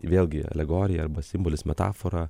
vėlgi alegorija arba simbolis metafora